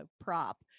prop